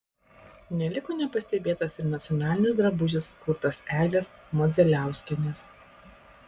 neliko nepastebėtas ir nacionalinis drabužis kurtas eglės modzeliauskienės